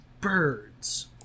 birds